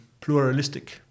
pluralistic